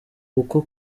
uko